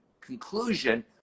conclusion